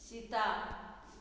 सिता